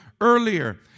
earlier